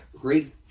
Great